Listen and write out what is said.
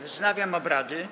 Wznawiam obrady.